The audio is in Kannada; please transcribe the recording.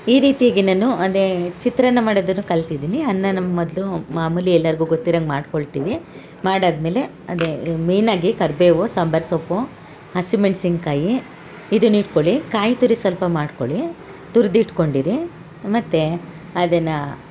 ಈ ರೀತಿಯಾಗಿ ನಾನು ಅದೇ ಚಿತ್ರಾನ್ನ ಮಾಡೋದನ್ನು ಕಲ್ತಿದ್ದೀನಿ ಅನ್ನನ ಮೊದಲು ಮಾಮೂಲಿ ಎಲ್ಲರ್ಗು ಗೊತ್ತಿರಂಗೆ ಮಾಡ್ಕೊಳ್ತೀವಿ ಮಾಡಾದ್ಮೇಲೆ ಅದೇ ಮೇನಾಗಿ ಕರ್ಬೇವು ಸಾಂಬರು ಸೊಪ್ಪು ಹಸಿ ಮೆಣ್ಸಿನ್ಕಾಯಿ ಇದನ್ನ ಇಟ್ಕೊಳಿ ಕಾಯಿ ತುರಿ ಸ್ವಲ್ಪ ಮಾಡ್ಕೊಳ್ಳಿ ತುರ್ದು ಇಟ್ಕೊಂಡಿರಿ ಮತ್ತು ಅದನ್ನ